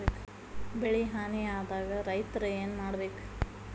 ಬೆಳಿ ಹಾನಿ ಆದಾಗ ರೈತ್ರ ಏನ್ ಮಾಡ್ಬೇಕ್?